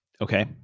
Okay